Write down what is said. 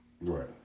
Right